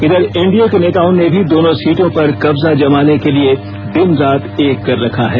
इधर एनडीए के नेताओं ने भी दोनों सीटों पर कब्जा जमाने के लिए दिन रात एक कर रखा है